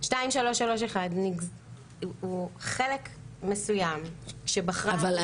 2331 הוא חלק מסוים שבחרה הממשלה להתייחס אליו.